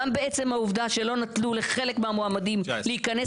גם בעצם העובדה שלא נתנו לחלק מהמועמדים להיכנס